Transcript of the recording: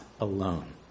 alone